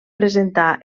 presentar